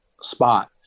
spot